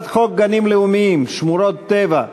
הצעת חוק גנים לאומיים, שמורות טבע,